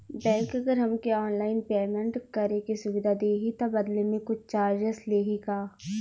Bank अगर हमके online payment करे के सुविधा देही त बदले में कुछ चार्जेस लेही का?